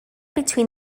between